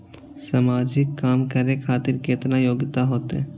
समाजिक काम करें खातिर केतना योग्यता होते?